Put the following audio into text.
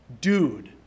Dude